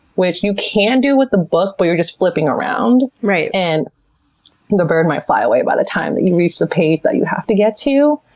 which you can do with the book, but you're just flipping around and the bird might fly away by the time that you reached the page that you have to get to.